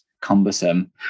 cumbersome